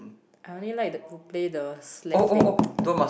I only like to play the sled thing